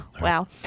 Wow